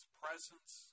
presence